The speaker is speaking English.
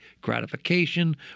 gratification